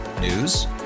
News